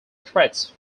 threats